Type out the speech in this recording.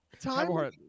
time